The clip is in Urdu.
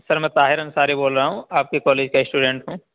سر میں طاہر انصاری بول رہا ہوں آپ کے کالج کا اسٹوڈینٹ ہوں